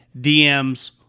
DMs